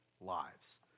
lives